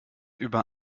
über